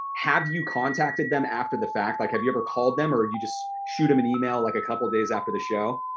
have you contacted them after the fact? like have you ever called them or you just shoot em an email like a couple days after the show?